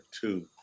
two